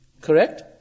Correct